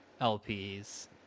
LPs